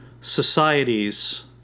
societies